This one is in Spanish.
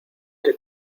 que